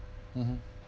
mmhmm